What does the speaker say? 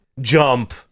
jump